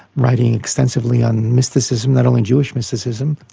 writing extensively on mysticism, not only jewish mysticism,